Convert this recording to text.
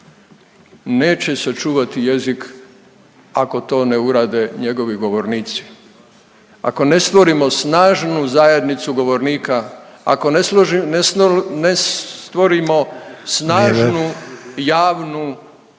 neće sačuvati jezik, ako to ne urade njegovi govornici, ako ne stvorimo snažnu zajednicu govornika, ako ne stvorimo snažnu …